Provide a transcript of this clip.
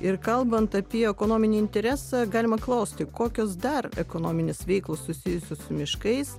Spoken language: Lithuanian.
ir kalbant apie ekonominį interesą galima klausti kokios dar ekonominės veiklos susijusios su miškais